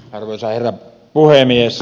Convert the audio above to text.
arvoisa herra puhemies